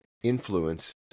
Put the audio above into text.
influence